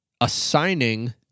assigning